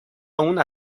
una